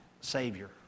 Savior